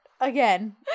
again